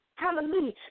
Hallelujah